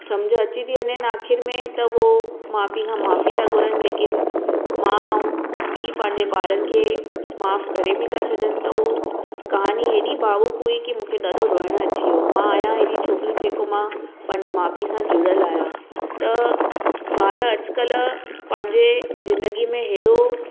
समुझ अची थी वञेनि आख़िरि में त हू माउ पाउ खां माफ़ी था घुरनि लेकिन माउ ऐं पीउ पंहिंजे ॿारनि खे माफ़ु करे बि था छॾनि त उहो कहानी हेॾी भावुक हुई कि मूंखे रोअणु अची वियो मां आहियां अहिड़ी छोकिरी जेको मां पंहिंजे माउ पीउ सां जुड़ियल आहियां त ॿार अजकल पंहिंजे ज़िंदगीअ में हेॾो